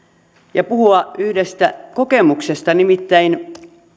ja puhua yhdestä kokemuksesta nimittäin